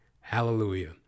Hallelujah